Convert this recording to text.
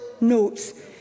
notes